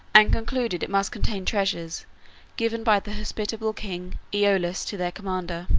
and concluded it must contain treasures given by the hospitable king aeolus to their commander.